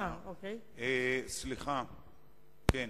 אדוני היושב-ראש,